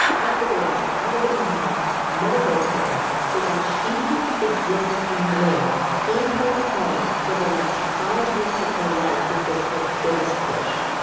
i figured out how to get my mom medical equipment so that she could exist and live in her home for the last five weeks of her life which was her biggest wish.